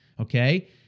okay